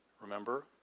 Remember